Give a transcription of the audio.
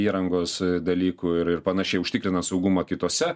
įrangos dalykų ir ir panašiai užtikrina saugumą kitose